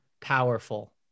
powerful